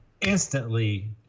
instantly